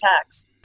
attacks